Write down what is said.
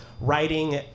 writing